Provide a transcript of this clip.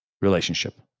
relationship